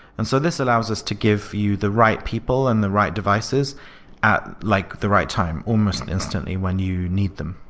and so this allows us to give you the right people and the right devices at like the right time almost instantly when you need them.